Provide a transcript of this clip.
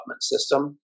system